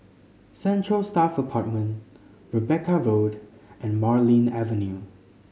Central Staff Apartment Rebecca Road and Marlene Avenue